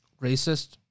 racist